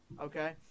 okay